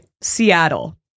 Seattle